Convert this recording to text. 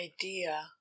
idea